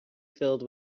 filled